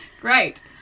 great